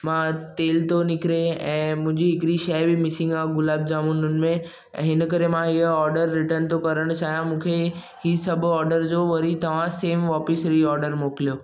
मां तेल थो निकिरे ऐं मुंहिंजी हिकिड़ी शइ बि मिसिंग आहे गुलाब जामुन हुन में हिनकरे मां इहो ऑडर रीटन थो करणु चाहियां मूंखे ई सभु ऑडर जो वरी तव्हां सेम वापसि रीऑडर मोकिलियो